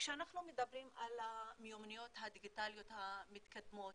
כשאנחנו מדברים על המיומנויות הדיגיטליות המתקדמות